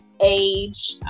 age